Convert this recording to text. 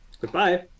Goodbye